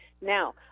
now